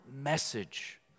message